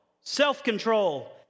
self-control